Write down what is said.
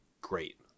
great